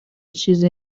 چیزی